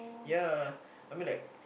ya I mean like